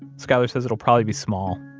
skylar says it'll probably be small,